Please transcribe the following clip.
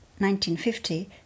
1950